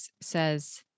says